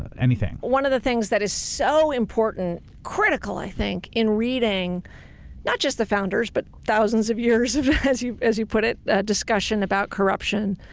anything. one of the things that is so important, critical i think, in reading not just the founders but thousands of years as you as you put it, that discussion about corruption,